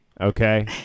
Okay